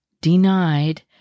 denied